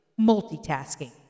multitasking